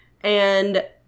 and-